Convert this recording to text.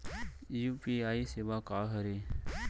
UPI सेवा का हरे?